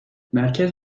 merkez